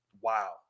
Wow